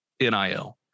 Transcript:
NIL